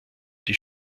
die